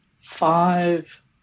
five